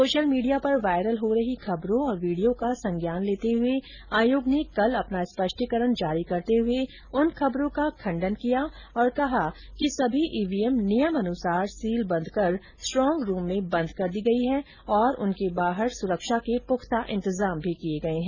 social media पर viral हो रही खबरों और वीडियो का संज्ञान लेते हुए आयोग ने कल अपना स्पष्टीकरण जारी करते हुए उन खबरों का खंडन किया और कहा कि सभी ईवीएम नियमानुसार सीलबंद कर स्ट्रांग रूम में बंद कर दी गयी है और उनके बाहर सुरक्षा के पुख्ता इंतजाम भी किए गए हैं